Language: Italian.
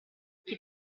chi